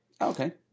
Okay